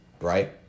Right